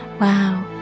Wow